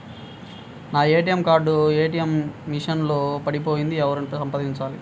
నా ATM card ATM machine లో పడిపోయింది ఎవరిని సంప్రదించాలి?